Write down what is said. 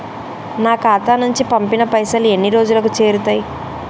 నా ఖాతా నుంచి పంపిన పైసలు ఎన్ని రోజులకు చేరుతయ్?